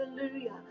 hallelujah